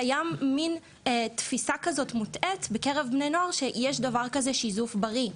קיימת תפיסה מוטעית בקרב בני נוער שיש דבר כזה שיזוף בריא,